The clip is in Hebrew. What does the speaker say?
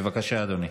בבקשה, אדוני.